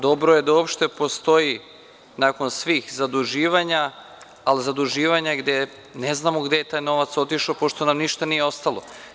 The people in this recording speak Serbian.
Dobro je da uopšte postoji nakon svih zaduživanja, ali zaduživanja gde ne znamo gde je taj novac otišao, pošto nam ništa nije ostalo.